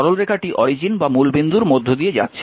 সরলরেখাটি মূলবিন্দুর মধ্য দিয়ে যাচ্ছে